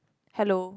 hello